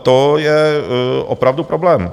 To je opravdu problém.